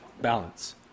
Balance